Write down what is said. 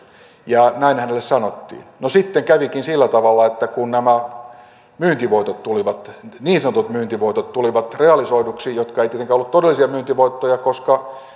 ja näin hänelle sanottiin no sitten kävikin sillä tavalla että kun nämä myyntivoitot niin sanotut myyntivoitot tulivat realisoiduiksi ne eivät tietenkään olleet todellisia myyntivoittoja koska